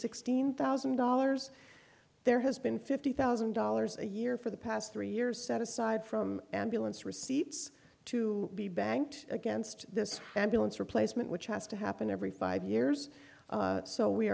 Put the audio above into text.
sixteen thousand dollars there has been fifty thousand dollars a year for the past three years set aside from ambulance receipts to be banked against this ambulance replacement which has to happen every five years so we